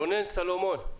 רונן סולומון.